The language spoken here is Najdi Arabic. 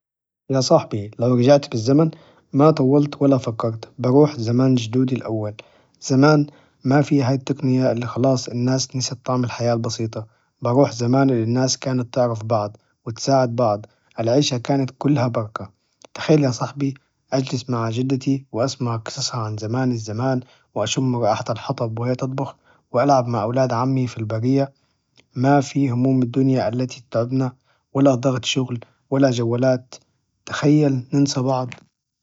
يا صاحبي، لو رجعت بالزمن ما طولت ولا فكرت، بروح زمان جدودي الأول، زمان ما فيه هاي التقنية إللي خلاص الناس نسيت طعم الحياة البسيطة، بروح زمان إللي الناس كانت تعرف بعض وتساعد بعض العيشة كانت كلها بركة، تخيل يا صاحبي! أجلس مع جدتي وأسمع قصصها عن زمان الزمان وأشم رائحة الحطب وهي تطبخ، وألعب مع أولاد عمي في البرية، ما فيه هموم الدنيا التي تتعبنا، ولا ضغط شغل، ولا جوالات، تخيل ننسى بعض.